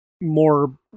more